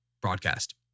broadcast